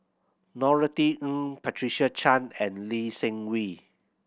Norothy Ng Patricia Chan and Lee Seng Wee